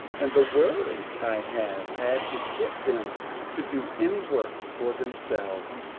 and the worry i have had to get them to do any work for themselves,